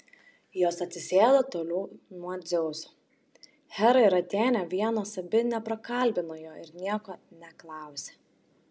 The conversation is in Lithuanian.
jos atsisėdo toliau nuo dzeuso hera ir atėnė vienos abi neprakalbino jo ir nieko neklausė